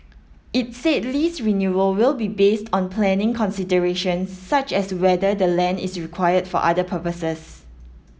it said lease renewal will be based on planning considerations such as whether the land is required for other purposes